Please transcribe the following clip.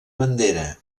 bandera